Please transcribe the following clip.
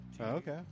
Okay